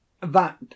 That